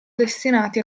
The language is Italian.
destinati